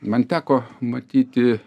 man teko matyti